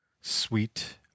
sweet